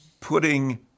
putting